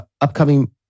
upcoming